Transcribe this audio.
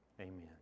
Amen